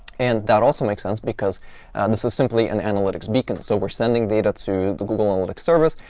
and that also makes sense because and this is simply an analytics beacon. so we're sending data to the google analytics service.